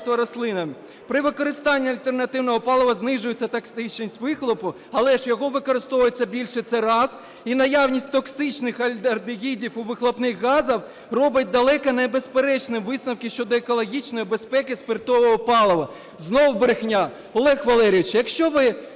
При використанні альтернативного палива знижується токсичність вихлопу, але ж його використовується більше, це раз. І наявність токсичних альдегідів у вихлопних газах робить далеко небезперечні висновки щодо екологічної безпеки спиртового палива. Знову брехня. Олег Валерійович, якщо ви,